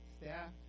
staff